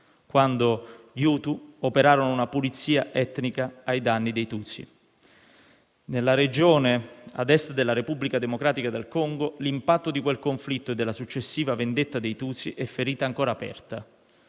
quando gli Hutu operarono una pulizia etnica ai danni dei Tutsi. Nella regione a Est della Repubblica Democratica del Congo l'impatto di quel conflitto e della successiva vendetta dei Tutsi è ferita ancora aperta.